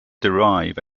derive